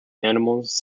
animals